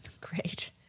Great